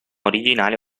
originale